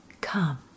Come